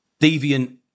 deviant